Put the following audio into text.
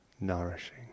nourishing